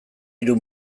hiru